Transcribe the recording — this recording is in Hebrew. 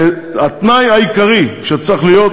התנאי העיקרי שצריך להיות,